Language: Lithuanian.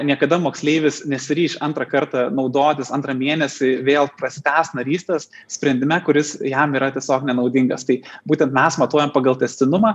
niekada moksleivis nesiryš antrą kartą naudotis antrą mėnesį vėl prasitęst narystės sprendime kuris jam yra tiesiog nenaudingas tai būtent mes matuojam pagal tęstinumą